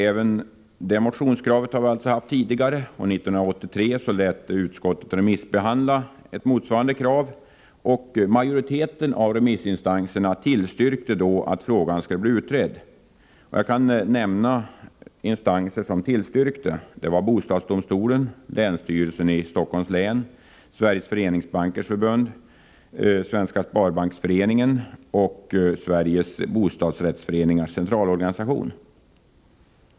Även detta krav har behandlats tidigare. År 1983 lät utskottet remissbehandla ett motsvarande krav. Majoriteten av remissinstanserna tillstyrkte då att frågan skulle utredas. Jag kan nämna vilka instanser det var som tillstyrkte: bostadsdomstolen, länsstyrelsen i Stockholms län, Sveriges föreningsbankers förbund, Svenska sparbanksföreningen och Sveriges bostadsrättsföreningars centralorganisation.